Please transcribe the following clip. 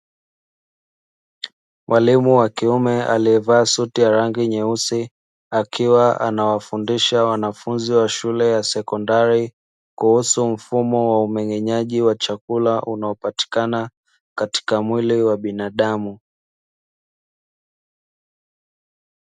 Mwalimu wa kiume aliyevaa suti ya rangi nyeusi, akiwa anawafundisha wanafunzi wa shule ya sekondari kuhusu mfumo wa umeng'enyaji wa chakula, unaopatikana katika mwili wa binadamu.